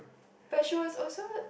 but she was also